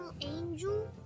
angel